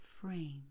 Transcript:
frame